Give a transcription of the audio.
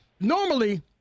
Normally